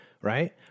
right